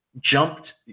jumped